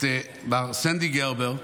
את מר סנדי גרבר,